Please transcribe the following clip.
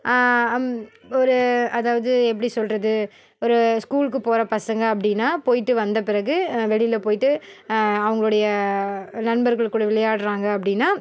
ஒரு அதாவது எப்படி சொல்கிறது ஒரு ஸ்கூல்க்குப் போகிற பசங்கள் அப்படினா போய்ட்டு வந்த பிறகு வெளியில போய்ட்டு அவங்களுடைய நண்பர்களுக்குள்ள விளையாடுறாங்க அப்படினா